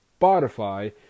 Spotify